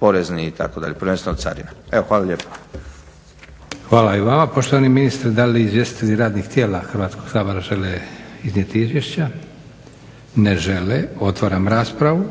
porezni itd., prvenstveno carina. Evo hvala lijepo. **Leko, Josip (SDP)** Hvala i vama poštovani ministre. Da li izvjestitelji radnih tijela Hrvatskog sabora žele iznijeti izvješća? Ne žele. Otvaram raspravu.